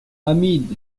hamid